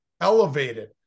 elevated